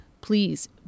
please